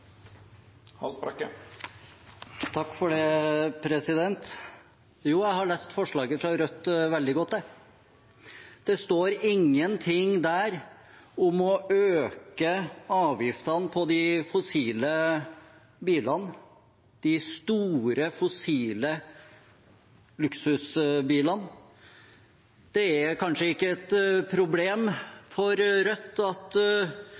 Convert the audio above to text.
Jo, jeg har lest forslaget fra Rødt veldig godt, jeg. Det står ingenting der om å øke avgiftene på de fossile bilene, de store fossile luksusbilene. Det er kanskje ikke et problem for Rødt at